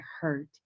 hurt